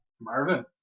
Marvin